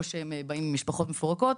או שהם באים ממשפחות מפורקות,